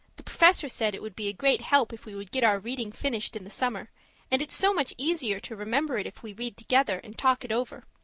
the professor said it would be a great help if we would get our reading finished in the summer and it's so much easier to remember it if we read together and talk it over.